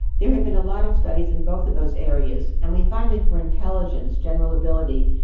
there had been a lot of studies in both of those areas, and we find that for intelligence, general ability,